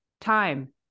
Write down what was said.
time